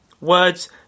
Words